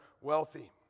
wealthy